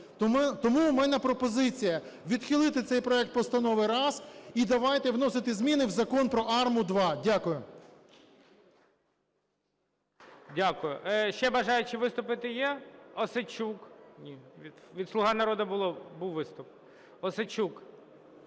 Тому у мене пропозиція: відхилити цей проект постанови – раз, і давайте вносити зміни в Закон про АРМУ – два. Дякую. ГОЛОВУЮЧИЙ. Дякую. Ще бажаючі виступити є? Осадчук. Ні, від "Слуга народу" був виступ. Осадчук